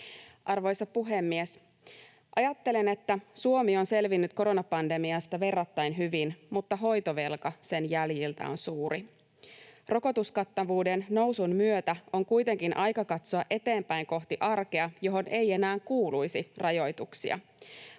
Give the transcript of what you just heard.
Arvoisa puhemies! Ajattelen, että Suomi on selvinnyt koronapandemiasta verrattain hyvin mutta hoitovelka sen jäljiltä on suuri. Rokotuskattavuuden nousun myötä on kuitenkin aika katsoa eteenpäin kohti arkea, johon ei enää kuuluisi rajoituksia,